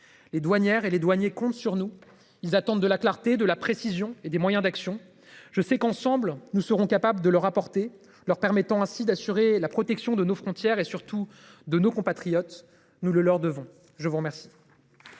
les douanières et les douaniers comptent sur nous. Ils attendent de la clarté de la précision et des moyens d'action. Je sais qu'ensemble nous serons capables de leur apporter leur permettant ainsi d'assurer la protection de nos frontières et surtout de nos compatriotes. Nous le leur devons je vous remercie.